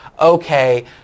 okay